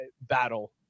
battle